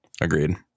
agreed